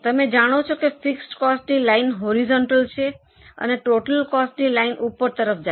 તમે જાણો છો કે ફિક્સડ કોસ્ટની લાઇન હોરિઝોન્ટલ છે અને ટોટલ કોસ્ટની લાઇન ઉપર તરફ જાય છે